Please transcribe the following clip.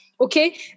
Okay